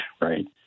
right